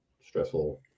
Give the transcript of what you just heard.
stressful